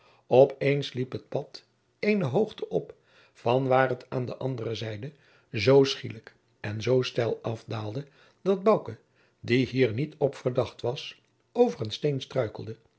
op eens liep het pad eene jacob van lennep de pleegzoon hoogte op van waar het aan de andere zijde zoo schielijk en zoo steil afdaalde dat bouke die hier niet op verdacht was over een steen struikelde